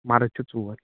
مرٕد چھِ ژور